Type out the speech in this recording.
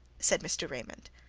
said mr. raymond.